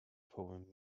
poem